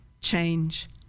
change